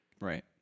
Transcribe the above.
Right